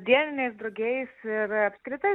dieniniais drugiais ir apskritai